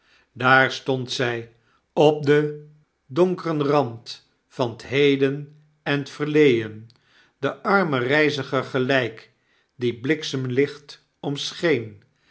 daar stond zij op den donkren rand van t heden en t verleen den armen reiziger gelp dien bliksemlicht